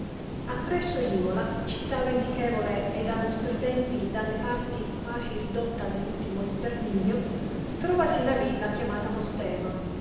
appresso imola città vendichevole ed a tempi nostri dalle parti quasi ridotta all ultimo esterminio trovasi una villa chiamata postema